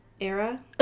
era